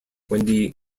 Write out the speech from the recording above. wendy